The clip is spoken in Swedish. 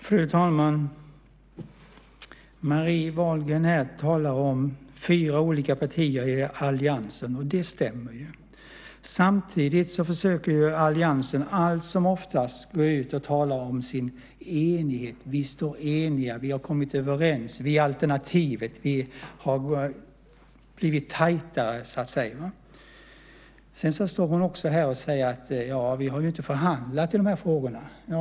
Fru talman! Marie Wahlgren talar om fyra olika partier i alliansen, och det stämmer ju. Samtidigt försöker alliansen allt som oftast gå ut och tala om sin enighet: Vi står eniga, vi har kommit överens, vi är alternativet, vi har blivit tajtare. Sedan står hon också här och säger: Vi har inte förhandlat i de här frågorna.